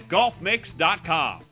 GolfMix.com